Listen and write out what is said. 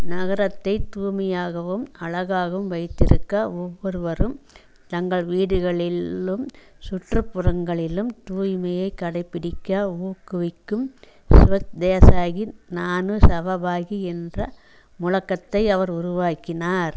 நகரத்தை தூய்மையாகவும் அழகாகவும் வைத்திருக்க ஒவ்வொருவரும் தங்கள் வீடுகளிலும் சுற்றுப்புறங்களிலும் தூய்மையை கடைப்பிடிக்க ஊக்குவிக்கும் ஸ்வச்தேசாகி நானு சபபாகி என்ற முழக்கத்தை அவர் உருவாக்கினார்